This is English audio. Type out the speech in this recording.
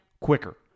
quicker